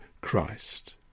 Christ